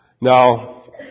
Now